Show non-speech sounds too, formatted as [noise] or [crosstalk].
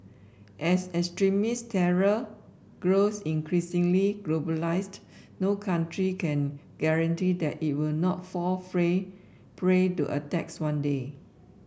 as extremist terror grows increasingly globalised no country can guarantee that it will not fall [unintelligible] prey to attacks one day